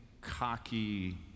cocky